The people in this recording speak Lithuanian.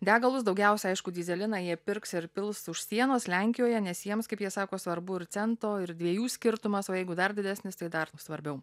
degalus daugiausia aišku dyzeliną jie pirks ir pils už sienos lenkijoje nes jiems kaip jie sako svarbu ir cento ir dviejų skirtumas o jeigu dar didesnis tai dar svarbiau